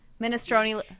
minestrone